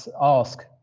ask